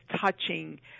touching